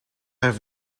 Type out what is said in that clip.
have